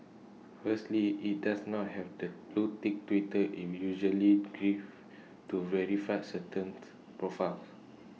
firstly IT does not have the blue tick Twitter in usually gives to verify certain profiles